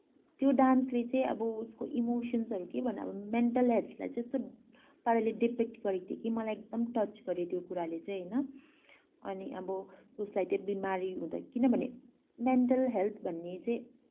त्यो डान्सले चाहिँ अब उसको इमोसन्सहरू के भन्ने अब मेन्टल हेल्थलाई चाहिँ यस्तो पाराले डिपिक्ट गरेको थियो कि मलाई एकदम टच गऱ्यो त्यो कुराले चाहिँ होइन अनि अब उसलाई त्यो बिमारी हुँदा किनभने मेन्टल हेल्थ भन्ने चाहिँ